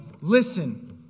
Listen